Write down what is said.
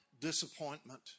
disappointment